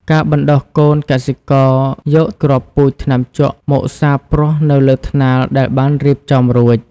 ការបណ្ដុះកូន កសិករយកគ្រាប់ពូជថ្នាំជក់មកសាបព្រោះនៅលើថ្នាលដែលបានរៀបចំរួច។